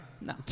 No